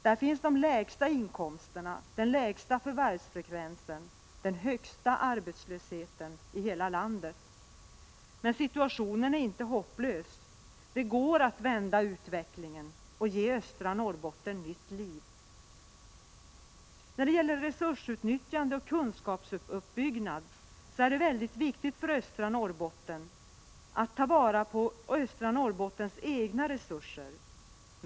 Här finns de lägsta inkomsterna, den lägsta förvärvsfrekvensen och den högsta arbetslösheten i hela landet. Men situationen är inte hopplös. Det går att vända utvecklingen och ge östra Norrbotten nytt liv. När det gäller resursutnyttjande och kunskapsuppbyggnad är det väldigt viktigt för östra Norrbotten att ta vara på sina egna resurser.